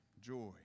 joy